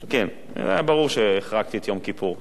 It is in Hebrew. כן, זה היה ברור שהחרגתי את יום כיפור.